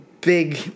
big